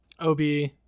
OB